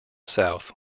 south